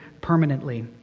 permanently